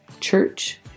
Church